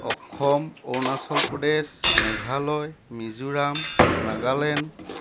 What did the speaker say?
Assam Arunachal Pradesh Meghalaya Mizoram Nagaland